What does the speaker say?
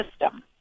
system